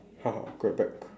grab bag